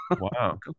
wow